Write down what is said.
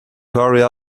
carried